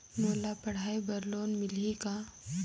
मोला पढ़ाई बर लोन मिलही का?